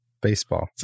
Baseball